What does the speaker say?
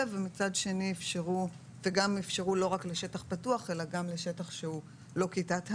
ומצד שני אפשרו לא רק לשטח פתוח אלא גם לשטח שהוא לא כיתת הגן.